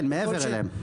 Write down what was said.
כן, מעבר להם.